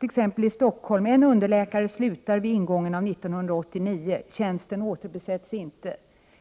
Exempel: I Stockholm slutar en underläkare vid ingången av 1989. Tjänsten återbesätts inte.